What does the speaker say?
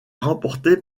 remportée